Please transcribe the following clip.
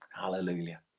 Hallelujah